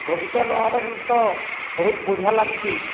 ବଗିଚା ଲାବାକେ ତ ବହୁତ୍ ବଢ଼ିଆ ଲାଗ୍ସି